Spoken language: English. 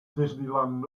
disneyland